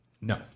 No